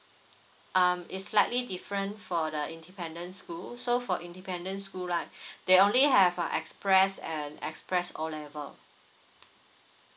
um it's slightly different for the independent school so for independent school right they only have uh express and express O level